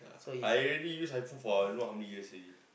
I already use iPhone for I don't know how many years already